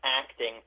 acting